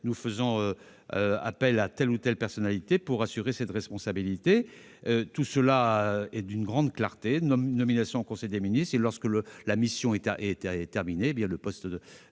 nous faisons appel à telle ou telle personnalité pour assurer cette responsabilité. Tout cela est d'une grande clarté. La nomination se fait en conseil des ministres et, quand la mission est terminée, le poste